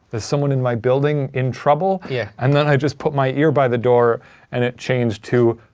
is someone in my building in trouble? yeah and then i just put my ear by the door and it changed to,